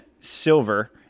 silver